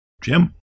Jim